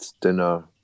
dinner